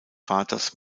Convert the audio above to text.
vaters